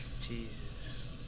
Jesus